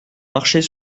marcher